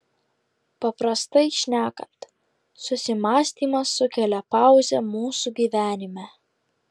paprastai šnekant susimąstymas sukelia pauzę mūsų gyvenime